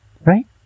right